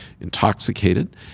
intoxicated